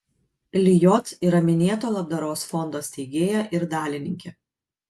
lijot yra minėto labdaros fondo steigėja ir dalininkė